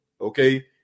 okay